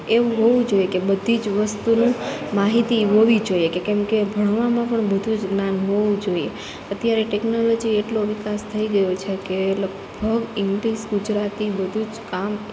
એવું હોવું જોઈએ કે બધી જ વસ્તુની માહિતી હોવી જોઈએ કે કેમકે ભણવામાં પણ બધું જ જ્ઞાન હોવું જોઈએ અત્યારે ટેકનોલોજી એટલો વિકાસ થઈ ગયો છે કે લગભગ ઇંગ્લિસ ગુજરાતી બધું જ કામ